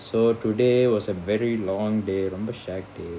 so today was a very long day ரொம்ப:romba shag day